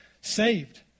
saved